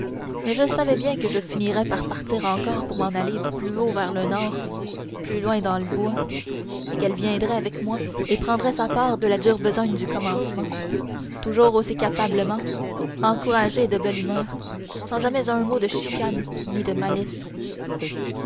mais je savais bien que je finirais par partir encore pour m'en aller plus haut vers le nord plus loin dans le bois et qu'elle viendrait avec moi et prendrait sa part de la dure besogne du commencement toujours aussi capablement encouragée et de belle humeur sans jamais un mot de chicane ni de malice